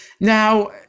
Now